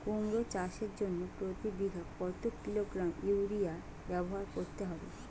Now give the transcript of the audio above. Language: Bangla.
কুমড়ো চাষের জন্য প্রতি বিঘা কত কিলোগ্রাম ইউরিয়া ব্যবহার করতে হবে?